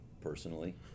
personally